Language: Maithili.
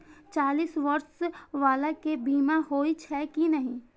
चालीस बर्ष बाला के बीमा होई छै कि नहिं?